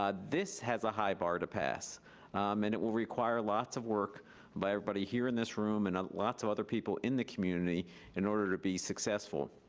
um this has a high bar to pass and it will require lots of work by everybody here in this room and lots of other people in the community in order to be successful,